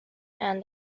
and